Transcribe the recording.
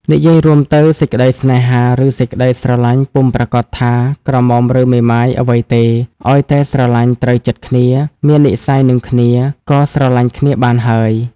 និយាយរួមទៅ សេចក្ដីស្នេហា ឬសេចក្ដីស្រលាញ់ពុំប្រាកដថា ក្រមុំឫមេម៉ាយអ្វីទេ ឲ្យតែស្រលាញ់ ត្រូវចិត្តគ្នា មាននិស្ស័យនឹងគ្នា ក៏ស្រលាញ់គ្នាបានហើយ ។